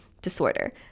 disorder